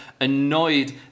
annoyed